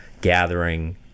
gathering